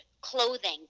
clothing